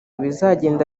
bizagenda